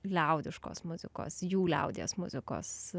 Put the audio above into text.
liaudiškos muzikos jų liaudies muzikos